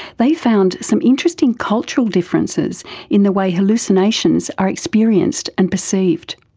they found some interesting cultural differences in the way hallucinations are experienced and perceived.